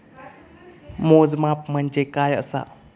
मोजमाप म्हणजे काय असा?